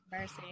mercy